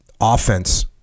Offense